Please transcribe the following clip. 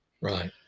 right